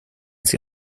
sie